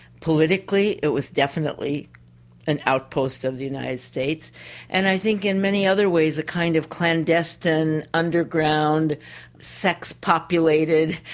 politically it was definitely an outpost of the united states and i think in many other ways a kind of clandestine underground sex-populated,